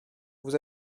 vous